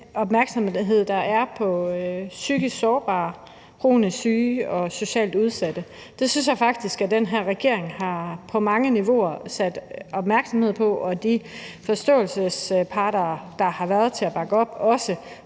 opmærksomhed, der er på psykisk sårbare, kronisk syge og socialt udsatte. Det synes jeg faktisk at den her regering på mange niveauer har rettet opmærksomheden mod, og de forståelsespartier, der har været til at bakke op, også